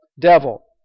devil